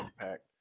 impact